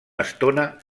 estona